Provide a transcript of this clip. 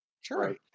Sure